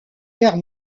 guerre